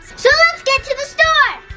so let's get to the!